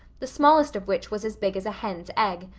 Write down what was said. the smallest of which was as big as a hen's egg.